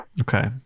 Okay